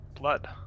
blood